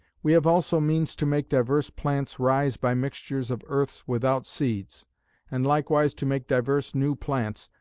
we have also means to make divers plants rise by mixtures of earths without seeds and likewise to make divers new plants,